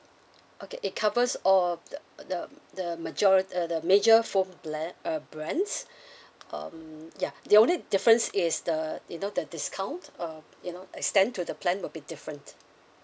okay it covers all the the the majori~ uh the the major phone plan uh brands um ya the only difference is the you know the discount uh you know extend to the plan will be different